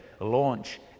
launch